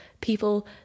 people